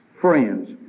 friends